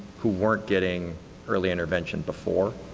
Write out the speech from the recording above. who weren't getting early intervention before?